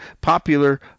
popular